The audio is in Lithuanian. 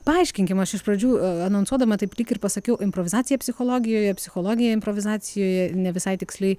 paaiškinkim aš iš pradžių anonsuodama taip lyg ir pasakiau improvizacija psichologijoje psichologija improvizacijoje ne visai tiksliai